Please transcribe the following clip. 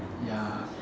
ya